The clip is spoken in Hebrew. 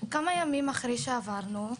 כמה ימים אחרי שעברנו,